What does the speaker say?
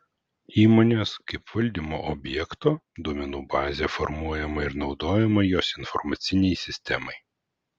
įmonės kaip valdymo objekto duomenų bazė formuojama ir naudojama jos informacinei sistemai